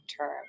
term